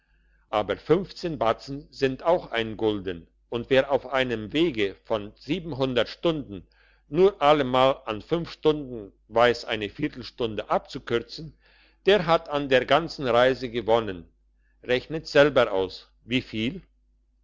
aber batzen sind auch ein gulden und wer auf einem wege von stunden nur allemal an fünf stunden weiss eine viertelstunde abzukürzen der hat an der ganzen reise gewonnen rechnet selber aus wieviel